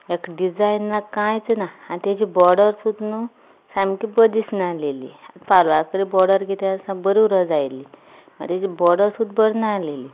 हांकां डिजायन ना कांयच ना आनी ताजी बोर्डर सुद्दां न्हय सामकी बरी दिसनाशिल्ली पालवाची बोर्डर कितें साप बरी आसूंक जाय आशिल्ली ताजी बोर्डर सुद्दां बरी नाशिल्ली